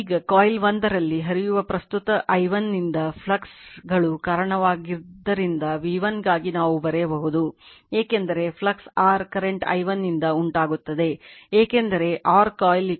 ಈಗ ಕಾಯಿಲ್ 1 ನಲ್ಲಿ ಹರಿಯುವ ಪ್ರಸ್ತುತ i1 ನಿಂದ ಫ್ಲಕ್ಸ್ಗಳು ಕಾರಣವಾಗಿದ್ದರಿಂದ v1 ಗಾಗಿ ನಾವು ಬರೆಯಬಹುದು ಏಕೆಂದರೆ ಫ್ಲಕ್ಸ್ r ಕರೆಂಟ್ i1 ನಿಂದ ಉಂಟಾಗುತ್ತದೆ ಏಕೆಂದರೆ r ಕಾಯಿಲ್ ಯಾವುದೇ ಕರೆಂಟ್ source ಅನ್ನು ಸಂಪರ್ಕಿಸಲಾಗಿಲ್ಲ